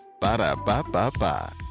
Ba-da-ba-ba-ba